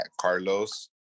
Carlos